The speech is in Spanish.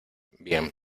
bien